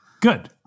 good